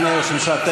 אדוני ראש הממשלה,